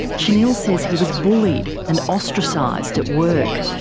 shanil says he was bullied and ostracised at work.